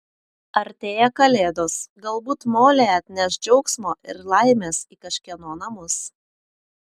artėja kalėdos galbūt molė atneš džiaugsmo ir laimės į kažkieno namus